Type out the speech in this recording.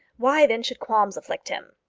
why, then, should qualms afflict him?